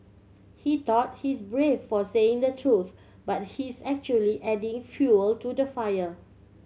he thought he's brave for saying the truth but he's actually adding fuel to the fire